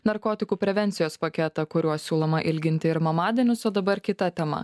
narkotikų prevencijos paketą kuriuo siūloma ilginti ir mamadienius o dabar kita tema